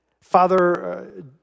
Father